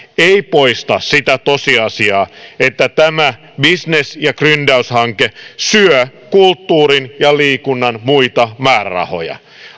ei poista sitä tosiasiaa että tämä bisnes ja gryndaushanke syö kulttuurin ja liikunnan muita määrärahoja